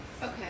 Okay